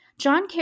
John